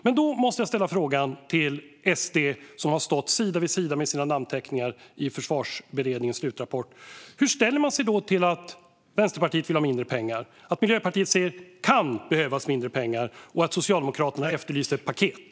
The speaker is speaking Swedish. Men då måste jag ställa frågan till SD, som står sida vid sida med S med sina namnteckningar i Försvarsberedningens slutrapport: Hur ställer man sig till att Vänsterpartiet vill ha mindre pengar, att Miljöpartiet säger att det "kan" behövas mindre pengar och att Socialdemokraterna har efterlyst ett paket?